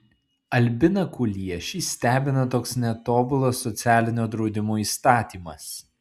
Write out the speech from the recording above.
albiną kuliešį stebina toks netobulas socialinio draudimo įstatymas